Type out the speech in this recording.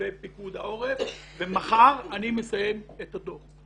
בפיקוד העורף ומחר אני מסיים את הדוח.